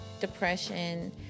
depression